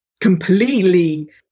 completely